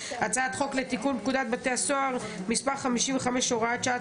הצעת חוק לתיקון פקודת בתי הסוהר (מס' 55 והוראת שעה),